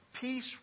peace